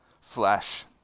flesh